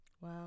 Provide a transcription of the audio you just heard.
Wow